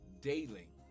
daily